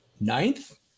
ninth